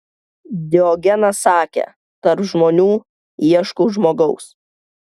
diogenas sakė tarp žmonių ieškau žmogaus